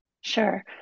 Sure